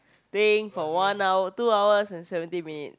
thing for one hour two hours and seventeen minutes